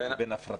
הפרטה.